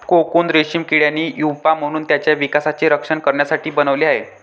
cocoon रेशीम किड्याने pupa म्हणून त्याच्या विकासाचे रक्षण करण्यासाठी बनवले आहे